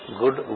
good